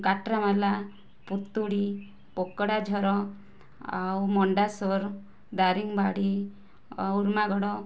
କାଟରାମାଲା ପୁତୁଡ଼ି ପୋକଡ଼ାଝର ଆଉ ମଣ୍ଡାସୋର ଦାରିଙ୍ଗବାଡ଼ି ଉର୍ମାଗଡ଼